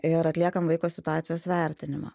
ir atliekam vaiko situacijos vertinimą